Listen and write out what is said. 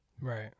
Right